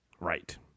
right